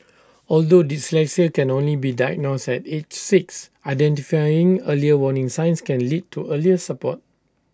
although dyslexia can only be diagnosed at age six identifying early warning signs can lead to earlier support